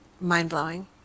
mind-blowing